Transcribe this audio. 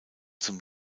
zum